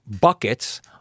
buckets